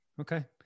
Okay